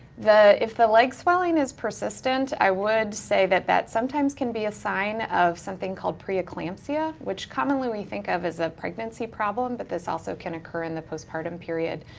the, if the leg swelling is persistent, i would say that that sometimes can be a sign of something called pre-eclampsia, which commonly we think of as a pregnancy problem, but this also can occur in the postpartum period.